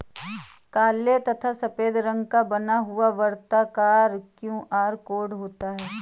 काले तथा सफेद रंग का बना हुआ वर्ताकार क्यू.आर कोड होता है